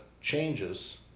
changes